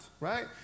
right